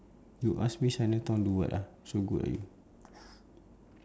you ask me chinatown do what ah so good ah you